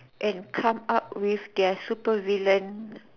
and come up with their super villain